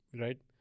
right